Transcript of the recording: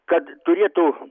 kad turėtų